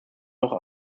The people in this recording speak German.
doch